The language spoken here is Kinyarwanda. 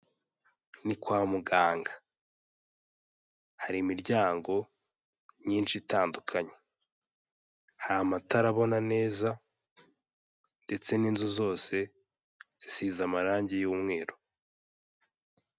Ni kwa muganga. Hari imiryango myinshi itandukanye. Hari amatarabona neza ndetse n'inzu zose zisize amarangi y'umweru.